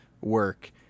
Work